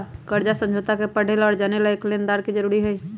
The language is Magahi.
कर्ज समझौता के पढ़े ला और जाने ला एक लेनदार के जरूरी हई